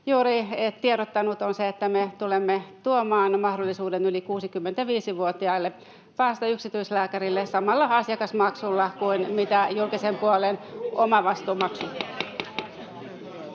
juuri tiedottanut, on se, että me tulemme tuomaan yli 65-vuotiaille mahdollisuuden päästä yksityislääkärille samalla asiakasmaksulla kuin on julkisen puolen omavastuumaksu.